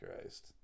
Christ